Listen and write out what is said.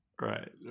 right